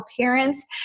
parents